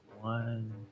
one